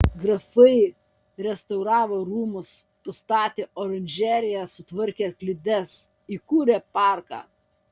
grafai restauravo rūmus pastatė oranžeriją sutvarkė arklides įkūrė parką